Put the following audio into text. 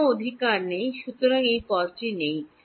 কোন অধিকার নাই সুতরাং এই পদটি নেই